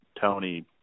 Tony